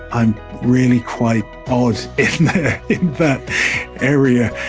i'm really quite odd in that area,